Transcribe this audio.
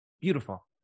Beautiful